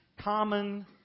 common